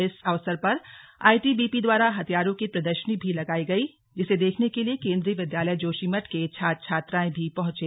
इस अवसर पर आईटीबीपी द्वारा हथियारों की प्रदर्शनी भी लगाई गई जिसे देखने के लिए केंद्रीय विद्यालय जोशीमठ के छात्र छात्राएं भी पहुंचे